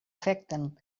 afecten